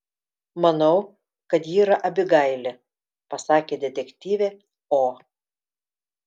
manau kad ji yra abigailė pasakė detektyvė o